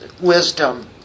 wisdom